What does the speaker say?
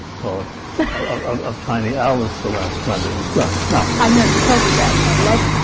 paula of tiny alice the last time it was done. now i know, you told me that, and i loved the